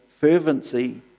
fervency